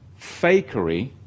fakery